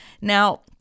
Now